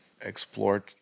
explored